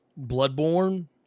Bloodborne